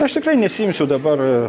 aš tikrai nesiimsiu dabar